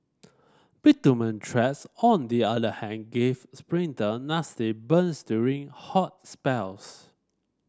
bitumen tracks on the other hand gave sprinter nasty burns during hot spells